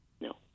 No